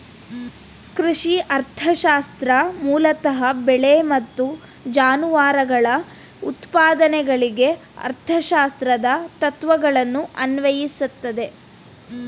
ಕೃಷಿ ಅರ್ಥಶಾಸ್ತ್ರ ಮೂಲತಃ ಬೆಳೆ ಮತ್ತು ಜಾನುವಾರುಗಳ ಉತ್ಪಾದನೆಗಳಿಗೆ ಅರ್ಥಶಾಸ್ತ್ರದ ತತ್ವಗಳನ್ನು ಅನ್ವಯಿಸ್ತದೆ